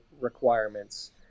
requirements